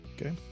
Okay